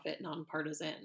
nonpartisan